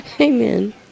Amen